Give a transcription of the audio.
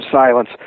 silence